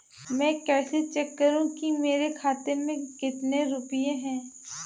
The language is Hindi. मैं कैसे चेक करूं कि मेरे खाते में कितने रुपए हैं?